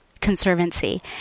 conservancy